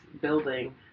building